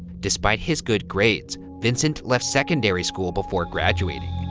despite his good grades, vincent left secondary school before graduating.